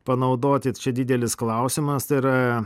panaudoti čia didelis klausimas ir